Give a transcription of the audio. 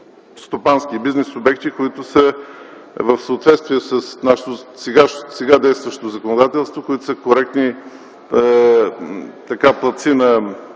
стопански и бизнес обекти, които са в съответствие със сега действащото законодателство, които са коректни платци и